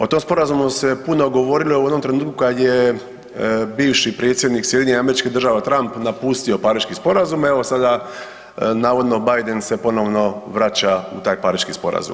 O tom sporazumu se puno govorilo i u jednom trenutku kad je bivši predsjednik SAD-a Trump, napustio pariški sporazum, evo sada navodno Biden se ponovno vraća u taj Pariški sporazum.